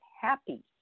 happy